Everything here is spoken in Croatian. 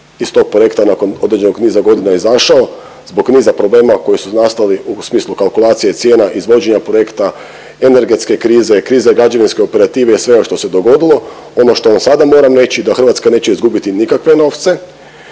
iz tog projekta nakon određenog niza godina izašao zbog niza problema koji su nastali u smislu kalkulacije cijena, izvođenja projekta, energetske krize, krize građevinske operative i svega što se dogodilo. Ono što vam sada moram reći, da Hrvatska neće izgubiti nikakve novce